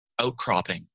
outcropping